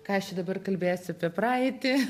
ką aš čia dabar kalbėsiu apie praeitį